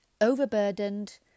overburdened